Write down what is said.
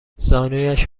زانویش